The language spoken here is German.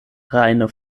reine